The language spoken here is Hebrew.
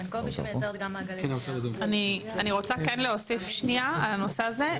אני רוצה להוסיף בנושא זה.